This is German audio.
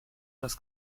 das